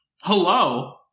Hello